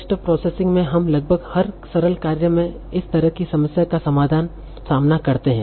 text processing में हम लगभग हर सरल कार्य में इस तरह की समस्या का सामना करते हैं